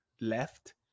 left